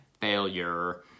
Failure